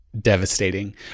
devastating